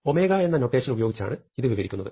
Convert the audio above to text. omega എന്ന notation ഉപയോഗിച്ചാണ് ഇത് വിവരിക്കുന്നത്